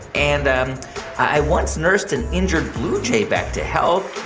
and i once nursed an injured blue jay back to health.